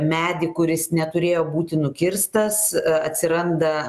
medį kuris neturėjo būti nukirstas atsiranda